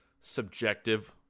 subjective